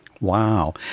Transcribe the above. Wow